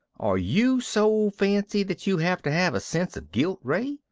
are you so fancy that you have to have a sense of guilt, ray?